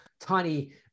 tiny